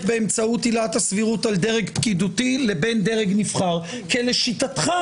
באמצעות עילת הסבירות על דרג פקידותי לבין דרג נבחר כי לשיטתך,